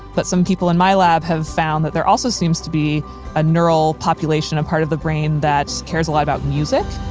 but some people in my lab have found that there also seems to be a neural population part of the brain that cares a lot about music